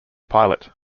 pilot